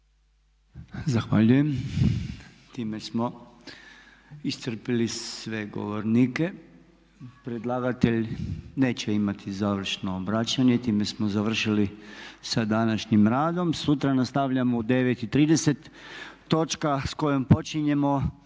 Zahvaljujem. Time smo iscrpili sve govornike. Predlagatelj neće imati završno obraćanje. Time smo završili sa današnjim radom. Sutra nastavljamo u 9,30. Točka s kojom počinjemo